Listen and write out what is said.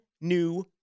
new